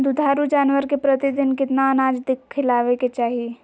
दुधारू जानवर के प्रतिदिन कितना अनाज खिलावे के चाही?